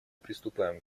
приступаем